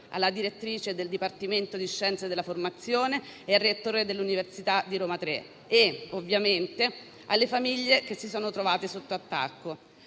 alla direttrice del dipartimento di scienze della formazione e al rettore dell'Università Roma Tre e, ovviamente, alle famiglie che si sono trovate sotto attacco;